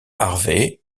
harvey